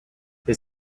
his